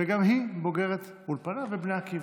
וגם היא בוגרת אולפנה ובני עקיבא.